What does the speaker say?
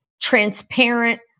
transparent